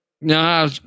No